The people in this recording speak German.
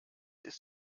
ist